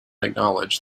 acknowledge